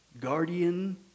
guardian